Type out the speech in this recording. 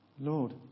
Lord